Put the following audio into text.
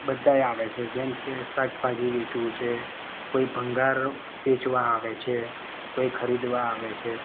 બધાય આવે છે જેમકે શાકભાજી વેચવું છે કોઈ ભંગાર વેચવા આવે છે કોઈ ખરીદવા આવે છે